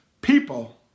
people